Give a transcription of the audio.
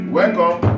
Welcome